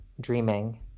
dreaming